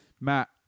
Matt